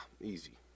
easy